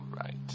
right